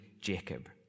Jacob